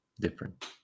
different